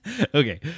Okay